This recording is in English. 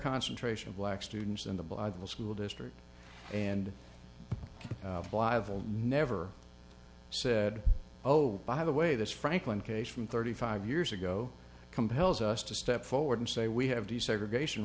concentration of black students than the bible school district and never said oh by the way this franklin case from thirty five years ago compels us to step forward and say we have desegregation